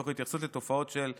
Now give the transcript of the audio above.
תוך התייחסות לתופעות של בדידות,